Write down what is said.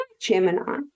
Gemini